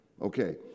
Okay